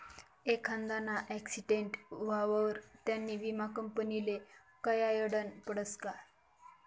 एखांदाना आक्सीटेंट व्हवावर त्यानी विमा कंपनीले कयायडनं पडसं का